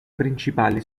principali